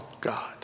God